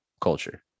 culture